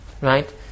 right